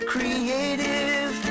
Creative